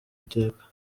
iteka